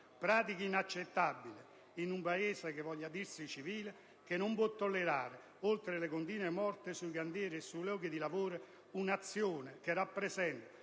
pratiche inaccettabili in un Paese che voglia dirsi civile, il quale non può tollerare oltre le continue morti sui cantieri e sui luoghi di lavoro. Il Paese attende un'azione che rappresenti